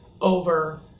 over